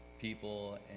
people